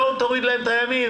לא תוריד להם את הימים,